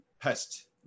pest